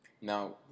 Now